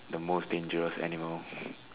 the most dangerous animal